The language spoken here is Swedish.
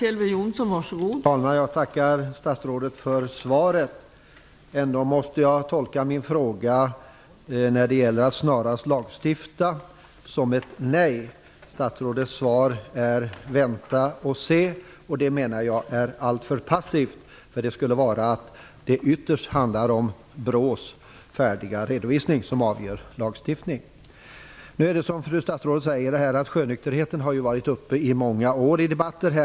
Fru talman! Jag tackar statsrådet för svaret. Ändå måste jag tolka svaret på min fråga om att snarast lagstifta som ett nej. Statsrådets svar är att man skall vänta och se, vilket jag menar är alltför passivt. Anledningen skulle vara att det ytterst handlar om att BRÅ:s färdiga redovisning skulle vara avgörande för lagstiftningen. Som fru statsrådet säger har frågan om sjönykterheten varit upp i debatter under många år.